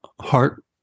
Heart